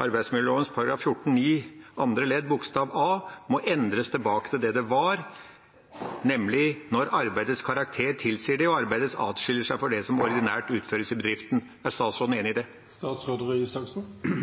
arbeidsmiljøloven § 14-9 a) må endres tilbake til det det var, nemlig når arbeidets karakter tilsier det og arbeidet atskiller seg fra det som ordinært utføres i bedriften. Er statsråden enig